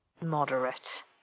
moderate